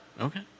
Okay